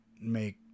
make